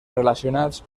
relacionats